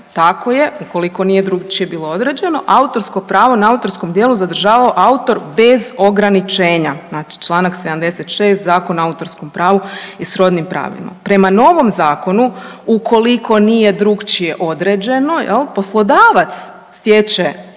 Tako je ukoliko nije drugačije bilo određeno autorsko pravo na autorskom djelu zadržava autor bez ograničenja. Znači članak 76. Zakona o autorskom pravu i srodnim pravima. Prema novom zakonu ukoliko nije drukčije određeno poslodavac stječe sva